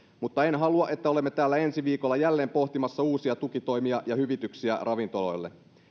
mutta en halua että olemme täällä ensi viikolla jälleen pohtimassa uusia tukitoimia ja hyvityksiä ravintoloille